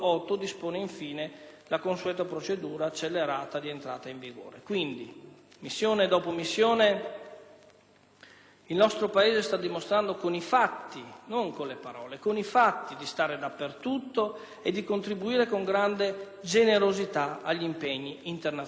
il nostro Paese sta dimostrando con i fatti, non con le parole, di stare dappertutto e di contribuire con grande generosità agli impegni internazionali. Non solo, vengono riconosciute perfino dagli amici americani l'attitudine